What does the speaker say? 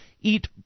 eat